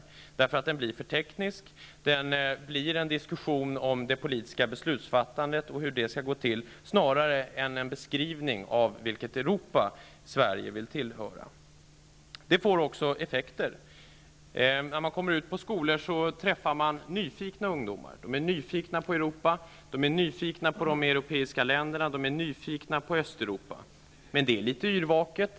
Orsaken kan vara att den förs i för tekniska termer och att den blir en diskussion om det politiska beslutsfattandet och dess former snarare än en beskrivning av vilket slags Europa som Sverige vill tillhöra. Detta får effekter. När man kommer till skolor och träffar ungdomar som är nyfikna på Europa och dess länder, t.ex. Östeuropa, märker man att nyfikenheten är litet yrvaken.